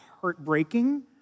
heartbreaking